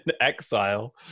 exile